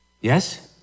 Yes